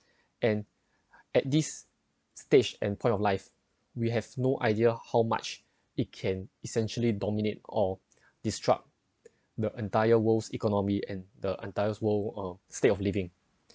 and at this stage and point of life we have no idea how much it can essentially dominate or disrupt the entire world's economy and the entire world a state of living